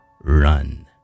Run